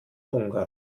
ungarn